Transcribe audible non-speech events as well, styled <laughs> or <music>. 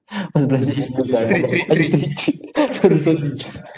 what's the question <laughs> sorry sorry <laughs>